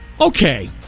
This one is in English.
Okay